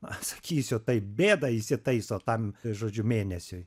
pasakysiu taip bėdą įsitaiso tam žodžiu mėnesiui